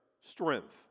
strength